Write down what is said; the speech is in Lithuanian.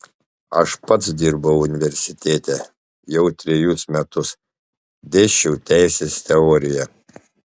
aš pats dirbau universitete jau trejus metus dėsčiau teisės teoriją